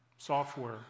software